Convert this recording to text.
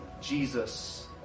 Jesus